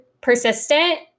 persistent